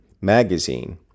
magazine